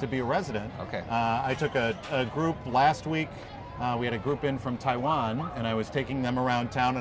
to be a resident ok i took a group last week we had a group in from taiwan and i was taking them around town